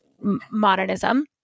modernism